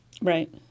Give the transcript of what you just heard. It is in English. Right